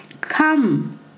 Come